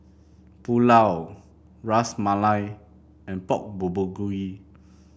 Pulao Ras Malai and Pork Bulgogi